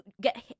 get